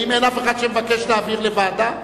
אין אף אחד שמבקש להעביר לוועדה?